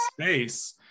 space